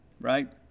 Right